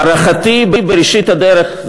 הערכתי בראשית הדרך,